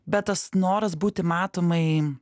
bet tas noras būti matomai